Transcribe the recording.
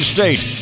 State